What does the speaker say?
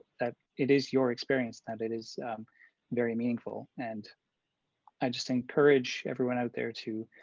that it is your experience, that it is very meaningful. and i just encourage everyone out there to